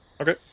Okay